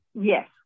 yes